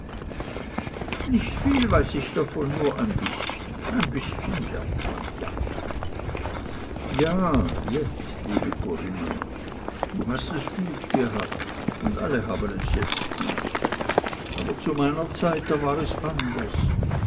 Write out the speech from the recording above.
nicht viel weiß ich davon nur ein bißchen ein bißchen lernt man ja ja jetzt liebe corinna du hast es gut gehabt und alle haben es jetzt gut aber zu meiner zeit da war es anders